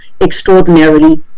extraordinarily